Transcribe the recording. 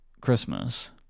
christmas